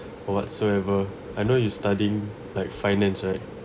for whatsoever I know you studying like finance right